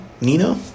Nino